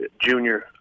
junior